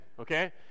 okay